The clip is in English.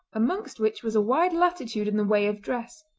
amongst which was a wide latitude in the way of dress.